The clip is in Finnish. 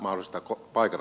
arvoisa puhemies